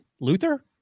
Luther